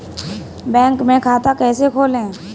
Bank में खाता कैसे खोलें?